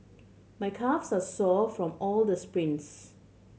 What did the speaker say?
my calves are sore from all the sprints